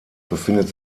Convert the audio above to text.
befindet